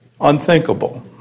Unthinkable